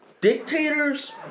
Dictators